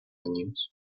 años